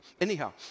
Anyhow